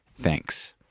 Thanks